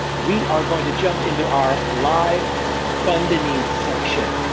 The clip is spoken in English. we are going to jump into our live fund a need section.